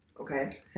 okay